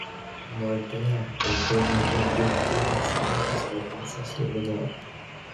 nordea ir dnb jungtinis bankas vadinsis luminor